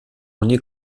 ogni